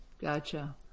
Gotcha